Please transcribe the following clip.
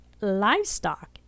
livestock